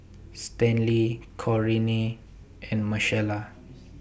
Stanley Corinne and Marcela